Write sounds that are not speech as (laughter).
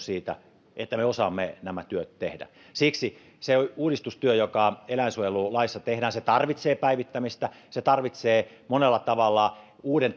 (unintelligible) siitä että me osaamme nämä työt tehdä siksi se uudistustyö joka eläinsuojelulaissa tehdään tarvitsee päivittämistä se tarvitsee monella tavalla uuden (unintelligible)